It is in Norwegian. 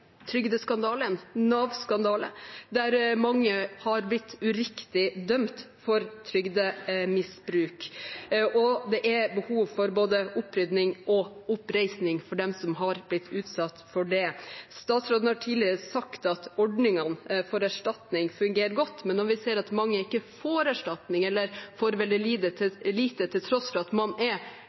der mange har blitt uriktig dømt for trygdemisbruk. Det er behov for både opprydning og oppreisning for dem som har blitt utsatt for det. Statsråden har tidligere sagt at ordningene for erstatning fungerer godt, men når vi ser at mange ikke får erstatning eller får veldig lite til tross for at man er